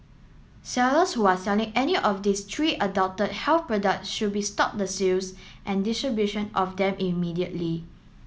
sellers who are selling any of these three adulterated health products should be stop the sales and distribution of them immediately